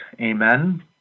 amen